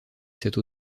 cette